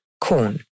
corn